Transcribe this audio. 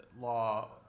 law